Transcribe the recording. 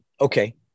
okay